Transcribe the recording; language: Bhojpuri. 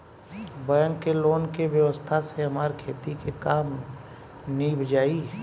बैंक के लोन के व्यवस्था से हमार खेती के काम नीभ जाई